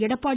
Edappadi